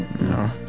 no